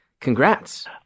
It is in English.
congrats